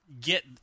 get